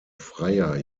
freier